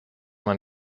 man